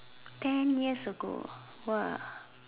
ten years ago !wah!